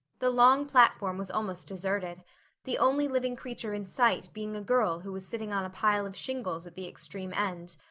the long platform was almost deserted the only living creature in sight being a girl who was sitting on a pile of shingles at the extreme end.